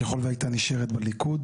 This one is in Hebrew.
הייתה נשארת בליכוד.